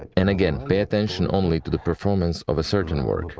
and again, pay attention only to the performance of a certain work,